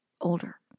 older